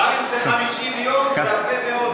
גם אם זה 50 יום, זה הרבה מאוד בישראל.